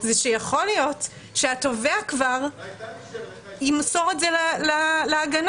זה שיכול להיות שהתובע כבר ימסור את זה להגנה.